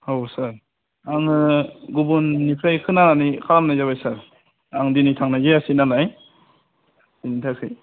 औ सार आङो गुबुननिफ्राय खोनानानै खालामनाय जाबाय सार आं दिनै थांनाय जायासै नालाय बेनि थाखाय